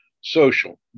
social